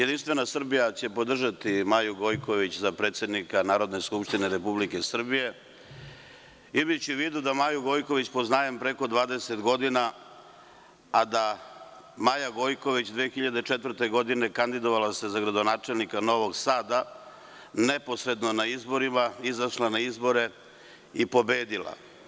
Poslanička grupa JS će podržati Maju Gojkoviću za predsednika Narodne skupštine Republike Srbije, imajući u vidu da Maju Gojković poznajem preko 20 godina, a da se Maja Gojković 2004. godine kandidovala za gradonačelnika Novog Sada neposredno na izborima, izašla na izbore i pobedila.